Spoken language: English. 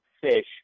fish